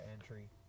entry